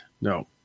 No